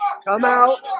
come out